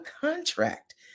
contract